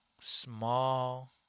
small